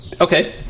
Okay